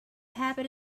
happy